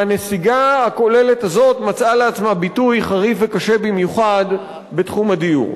והנסיגה הכוללת הזאת מצאה לעצמה ביטוי חריף וקשה במיוחד בתחום הדיור.